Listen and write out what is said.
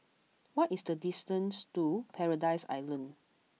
what is the distance to Paradise Island